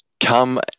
come